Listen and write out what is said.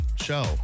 show